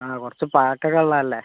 ആ കുറച്ച് ഉള്ളതല്ലെ